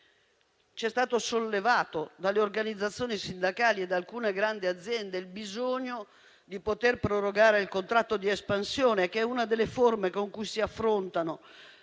È stato sollevato dalle organizzazioni sindacali e da alcune grandi aziende il bisogno di prorogare il contratto di espansione, che è una delle forme con cui si affrontano